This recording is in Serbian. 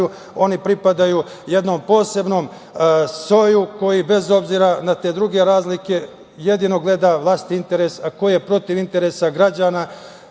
oni pripadaju jednom posebnom soju koji bez obzira na te druge razlike jedino gleda vlastiti interes, a ko je protiv interesa građana